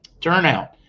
turnout